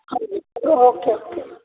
ਹਾਂਜੀ okay okay